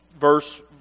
verse